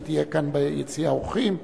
והיא תהיה כאן ביציע האורחים.